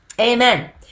Amen